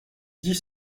dix